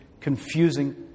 Confusing